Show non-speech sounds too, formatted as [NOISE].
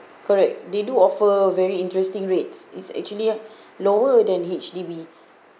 correct they do offer very interesting rates is actually [BREATH] lower than H_D_B